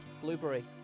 blueberry